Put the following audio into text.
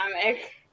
dynamic